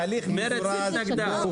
מרצ התנגדה.